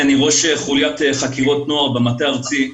אני ראש חוליית חקירות נוער במטה הארצי.